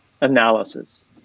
analysis